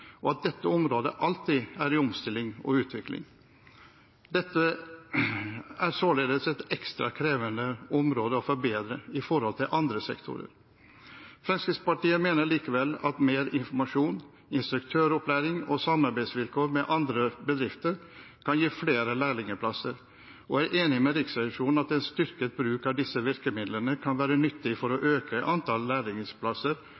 og yrkesopplæringen, og at dette området alltid er i omstilling og utvikling. Dette er således et ekstra krevende område å forbedre i forhold til andre sektorer. Fremskrittspartiet mener likevel at mer informasjon, instruktøropplæring og samarbeidsvilkår med andre bedrifter kan gi flere lærlingplasser, og er enig med Riksrevisjonen i at en styrket bruk av disse virkemidlene kan være nyttig for å